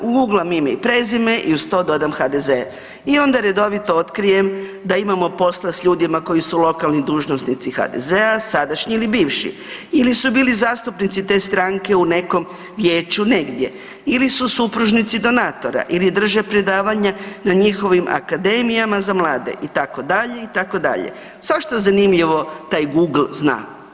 Uguglam ime i prezime i uz to dodam HDZ i onda redovito otkrijem da imamo posla s ljudima koji su lokalni dužnosnici HDZ-a, sadašnji ili bivši ili su bili zastupnici te stranke u nekom vijeću negdje ili su supružnici donatora ili drže predavanja na njihovim akademijama za mlade itd., itd., svašta zanimljivo taj Google zna.